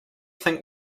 think